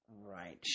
Right